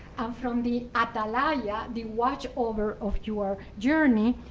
and from the atalaya, yeah the watch-over of your journey,